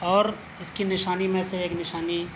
اور اس کی نشانی میں سے ایک نشانی